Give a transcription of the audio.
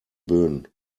böen